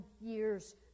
years